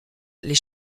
les